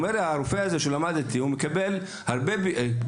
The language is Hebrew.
הוא אומר: הרופא הזה שלמד איתי מכניס הרבה כסף.